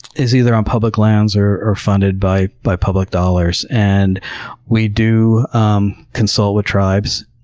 is either on public lands or or funded by by public dollars, and we do um consult with tribes.